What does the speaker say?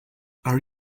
are